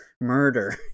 murder